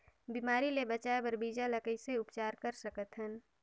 बिमारी ले बचाय बर बीजा ल कइसे उपचार कर सकत हन?